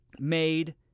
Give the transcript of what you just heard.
Made